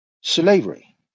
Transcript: slavery